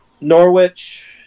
Norwich